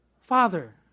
Father